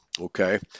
Okay